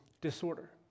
disorder